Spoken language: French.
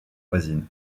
voisine